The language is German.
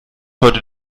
heute